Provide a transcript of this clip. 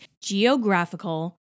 geographical